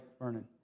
burning